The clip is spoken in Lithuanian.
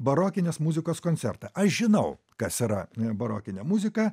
barokinės muzikos koncertą aš žinau kas yra barokinė muzika